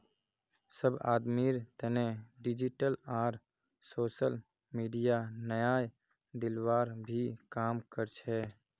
सब आदमीर तने डिजिटल आर सोसल मीडिया न्याय दिलवार भी काम कर छे